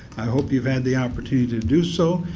i hope you've had the opportunity to do so.